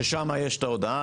ששם יש ההודעה,